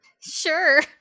Sure